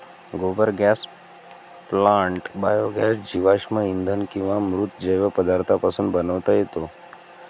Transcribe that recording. गोबर gas plant biogas जीवाश्म इंधन किंवा मृत जैव पदार्थांपासून बनवता येतो